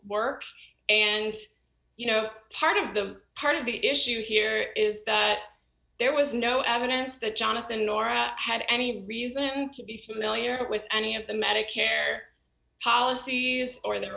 work and you know part of the part of the issue here is that there was no evidence that jonathan nor i had any reason to be familiar with any of the medicare policy use or their